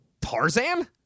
Tarzan